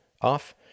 off